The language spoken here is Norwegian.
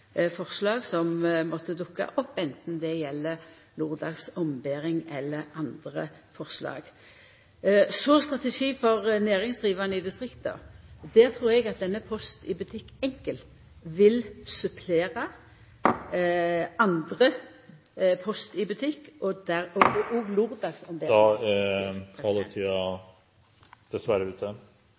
forslag som måtte dukka opp, anten det gjeld laurdagsombering eller andre forslag. Så strategi for næringsdrivande i distrikta. Der trur eg at Post i Butikk Enkel vil supplera andre Post i Butikk, og der òg laurdagsomberinga … Taletiden er dessverre ute,